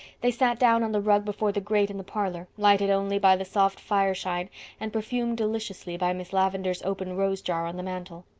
they sat down on the rug before the grate in the parlor, lighted only by the soft fireshine and perfumed deliciously by miss lavendar's open rose-jar on the mantel.